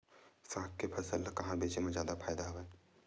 साग के फसल ल कहां बेचे म जादा फ़ायदा हवय?